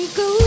go